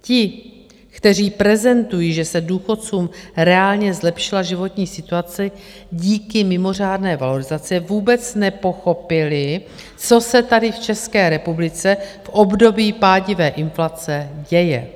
Ti, kteří prezentují, že se důchodcům reálně zlepšila životní situace díky mimořádné valorizaci, vůbec nepochopili, co se tady v České republice v období pádivé inflace děje.